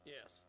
Yes